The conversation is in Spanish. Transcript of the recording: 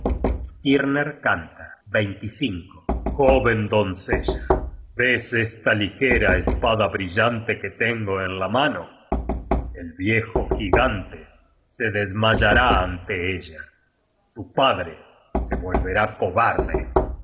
skirner canta joven doncella ves esta ligera espada brillante que tengo en la mano el viejo gigante se desmayará ante ella tu padre se volverá cobarde